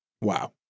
Wow